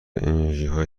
انرژیهای